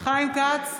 חיים כץ,